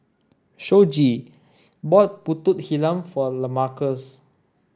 Shoji bought Pulut Hitam for Lamarcus